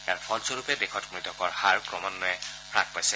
ইয়াৰ ফলস্বৰূপে দেশত মৃতকৰ হাৰ ক্ৰমাঘ্বয়ে হ্যাস পাইছে